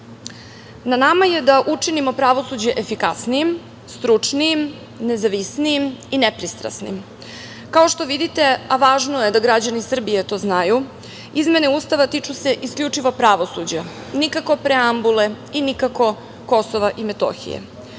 nama je da učinimo pravosuđe efikasnijim, stručnijim, nezavisnijim i nepristrasnim. Kao što vidite, a važno je da građani Srbije to znaju, izmene Ustava se tiču se isključivo pravosuđa, nikako preambule i nikako Kosova i Metohije.